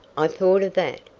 i thought of that,